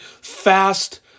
fast